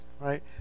Right